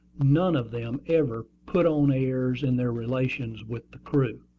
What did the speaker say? none of them ever put on airs in their relations with the crew.